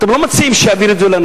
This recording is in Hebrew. אתם לא מציעים שיעבירו את זה לאנשים,